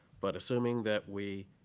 but assuming that we